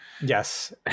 Yes